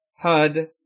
Hud